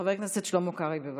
חבר הכנסת שלמה קרעי, בבקשה,